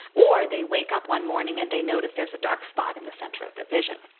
or they wake up one morning and they notice there's a dark spot in the centre of their vision.